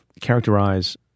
characterize